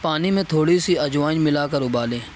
پانی میں تھوڑی سی اجوائن ملا کر ابالیں